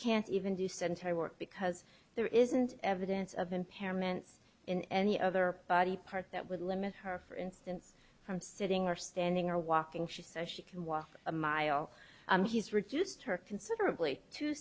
can't even do sedentary work because there isn't evidence of impairments in any other body part that would limit her for instance from sitting or standing or walking she says she can walk a mile he's reduced her considerably to